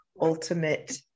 ultimate